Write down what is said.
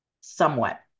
somewhat